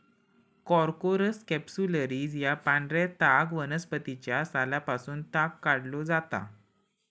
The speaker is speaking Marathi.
कॉर्कोरस कॅप्सुलरिस या पांढऱ्या ताग वनस्पतीच्या सालापासून ताग काढलो जाता